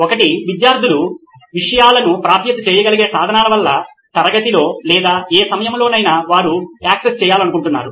ఒకటి విద్యార్థులు ఈ విషయాలను ప్రాప్యత చేయగలిగే సాధనాల వల్ల తరగతిలో లేదా ఏ సమయంలోనైనా వారు యాక్సెస్ చేయాలనుకుంటున్నారు